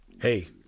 hey